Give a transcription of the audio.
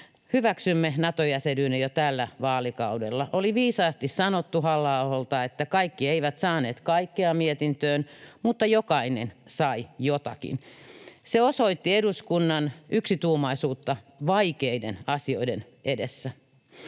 hyväksymme Nato-jäsenyyden jo tällä vaalikaudella. Oli viisaasti sanottu Halla-aholta, että kaikki eivät saaneet kaikkea mietintöön mutta jokainen sai jotakin. Se osoitti eduskunnan yksituumaisuutta vaikeiden asioiden edessä.